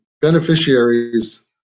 beneficiaries